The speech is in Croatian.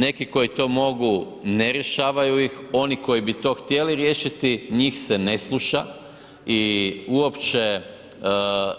Neki koji to mogu, ne rješavaju ih, oni koji bi to htjeli riješiti, njih se ne sluša i uopće